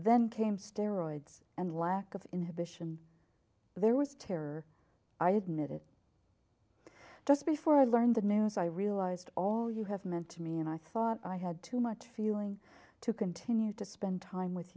then came steroids and lack of inhibition there was terror i admit it just before i learned the news i realized all you have meant to me and i thought i had too much feeling to continue to spend time with